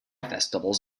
festivals